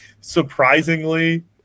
surprisingly